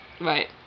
Right